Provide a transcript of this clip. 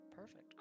Perfect